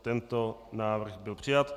Tento návrh byl přijat.